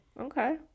Okay